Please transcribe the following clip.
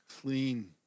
clean